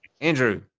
andrew